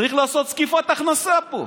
צריך לעשות זקיפת הכנסה פה.